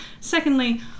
Secondly